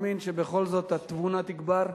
שבכל זאת התבונה תגבר,